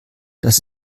das